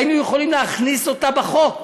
היינו יכולים להכניס אותה לחוק,